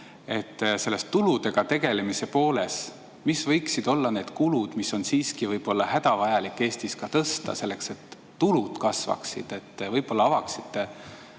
Sellest tuludega tegelemise poolest: mis võiksid olla need kulud, mida on siiski võib-olla hädavajalik Eestis ka tõsta, selleks et tulud kasvaksid? Võib-olla avaksite